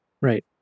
Right